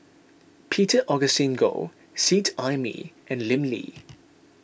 Peter Augustine Goh Seet Ai Mee and Lim Lee